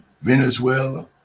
Venezuela